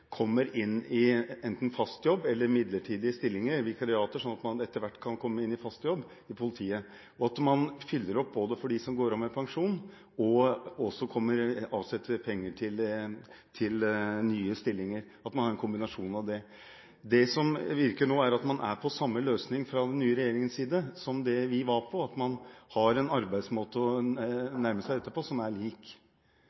kommer inn i fast jobb, midlertidige stillinger eller vikariater, sånn at man etter hvert kan komme inn i fast jobb i politiet. Man fyller opp for dem som går av med pensjon, og setter av penger til nye stillinger – man kan ha en kombinasjon av dette. Det virker nå som man fra den nye regjeringens side har samme løsning som vi hadde – at man har en arbeidsmåte